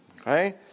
Okay